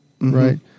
right